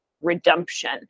redemption